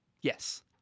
Yes